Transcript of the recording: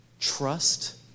trust